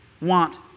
want